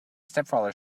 stepfather